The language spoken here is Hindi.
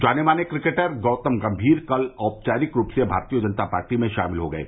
जाने माने किकेटर गौतम गंभीर कल औपचारिक रूप से भारतीय जनता पार्टी में शामिल हो गये